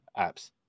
apps